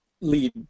lead